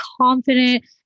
confident